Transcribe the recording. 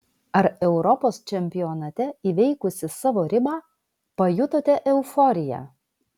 ar europos čempionate įveikusi savo ribą pajutote euforiją